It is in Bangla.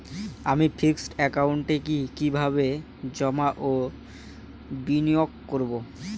আমি ফিক্সড একাউন্টে কি কিভাবে জমা ও বিনিয়োগ করব?